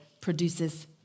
produces